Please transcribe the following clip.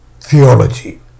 theology